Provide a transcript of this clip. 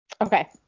Okay